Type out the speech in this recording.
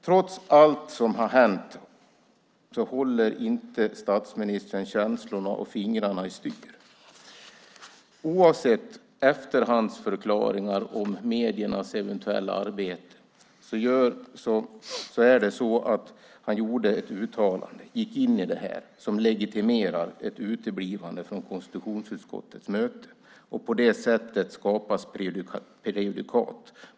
Trots allt som har hänt håller inte statsministern känslorna och fingrarna i styr. Oavsett efterhandsförklaringar om mediernas eventuella arbete är det så att han gick in i det här och gjorde ett uttalande som legitimerar ett uteblivande från konstitutionsutskottets möte. På det sättet skapas prejudikat.